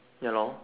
ya